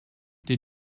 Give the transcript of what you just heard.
did